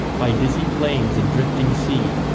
by dizzy plains and drifting sea,